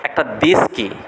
একটা দেশকে